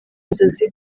inzozi